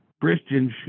Christians